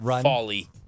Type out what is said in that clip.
folly